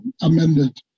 amended